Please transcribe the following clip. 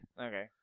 Okay